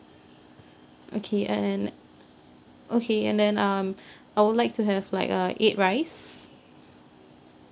okay and okay and then um I would like to have like uh eight rice